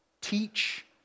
teach